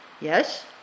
yes